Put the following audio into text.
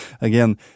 Again